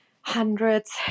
hundreds